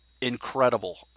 incredible